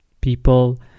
people